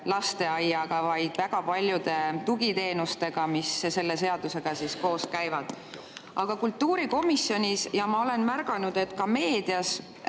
lasteaiaga, vaid ka väga paljude tugiteenustega, mis selle seadusega koos käivad. Aga kultuurikomisjonis ja ma olen märganud, et ka meedias